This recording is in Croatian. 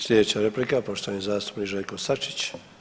Slijedeća replika poštovani zastupnik Željko Sačić.